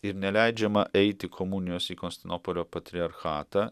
ir neleidžiama eiti komunijos į konstantinopolio patriarchatą